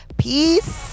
peace